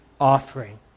offering